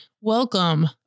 welcome